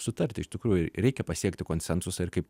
sutarti iš tikrųjų reikia pasiekti konsensusą ir kaip